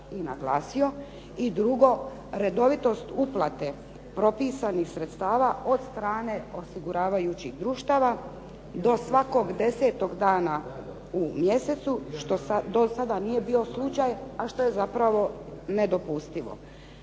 I drugo, redovitost uplate propisanih sredstava od strane osiguravajućih društava do svakog 10. dana u mjesecu što do sada nije bio slučaj a što je zapravo nedopustivo.